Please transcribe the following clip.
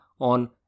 on